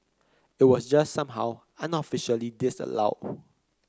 it was just somehow unofficially disallowed